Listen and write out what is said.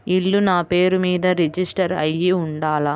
ఇల్లు నాపేరు మీదే రిజిస్టర్ అయ్యి ఉండాల?